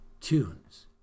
tunes